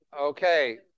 Okay